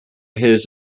his